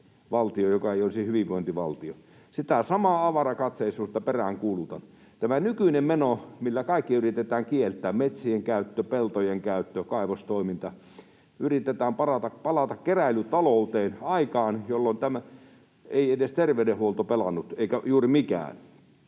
Sitä samaa avarakatseisuutta peräänkuulutan. Tällä nykyisellä menolla kaikki yritetään kieltää — metsien käyttö, peltojen käyttö, kaivostoiminta — ja yritetään palata keräilytalouteen, aikaan, jolloin ei edes terveydenhuolto pelannut eikä juuri mikään.